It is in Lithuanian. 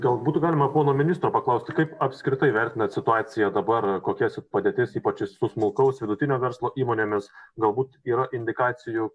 gal būtų galima pono ministro paklausti kaip apskritai vertinat situaciją dabar kokia padėtis ypač su smulkaus vidutinio verslo įmonėmis galbūt yra indikacijų